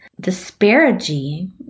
disparity